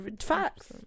Facts